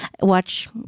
watch